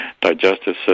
digestive